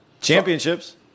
Championships